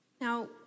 Now